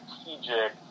strategic